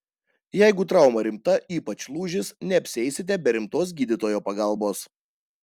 jeigu trauma rimta ypač lūžis neapsieisite be rimtos gydytojo pagalbos